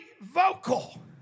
vocal